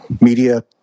media